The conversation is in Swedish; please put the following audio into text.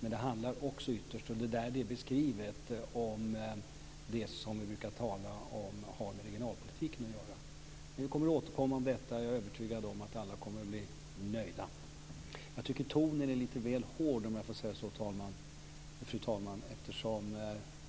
Men ytterst handlar det också - vilket finns beskrivet - om sådant som har med regionalpolitiken att göra. Vi återkommer om detta, och jag är övertygad om att alla kommer att bli nöjda. Jag tycker att tonen här är lite väl hård - om jag får säga så, fru talman.